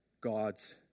gods